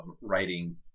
writing